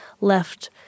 left